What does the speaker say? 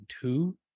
two